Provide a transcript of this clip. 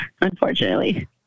unfortunately